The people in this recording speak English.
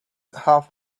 had